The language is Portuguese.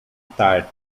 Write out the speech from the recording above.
tarde